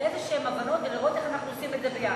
להבנות כלשהן ולראות איך אנחנו עושים את זה יחד.